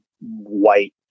white